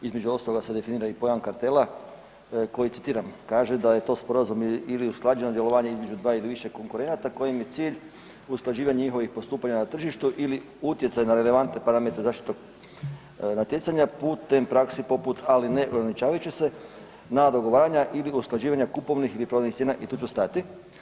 Između ostalog se definira i pojam kartela koji citiram kaže da je to sporazum ili usklađeno djelovanje između 2 ili više konkurenata kojima je cilj usklađivanje njihovih postupanja na tržištu ili utjecaj na relevantne parametre zaštite natjecanja putem prakse ali ne ograničavajući se na dogovaranja ili usklađivanja kupovnih ili prodajnih cijena i tu ću stati.